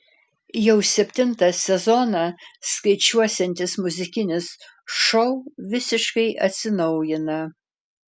jau septintą sezoną skaičiuosiantis muzikinis šou visiškai atsinaujina